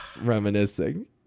reminiscing